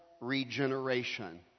regeneration